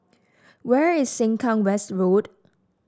where is Sengkang West Road